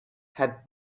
had